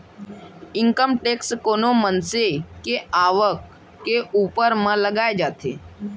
income tax कोनो मनसे के आवक के ऊपर म लगाए जाथे